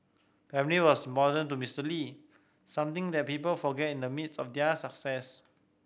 family was important to Mister Lee something that people forget in the midst of their success